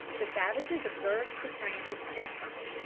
the savages observed the strangers instantly,